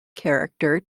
character